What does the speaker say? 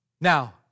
Now